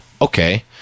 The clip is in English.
Okay